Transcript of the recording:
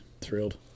thrilled